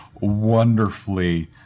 wonderfully